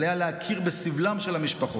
עליה להכיר בסבלן של המשפחות,